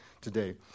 today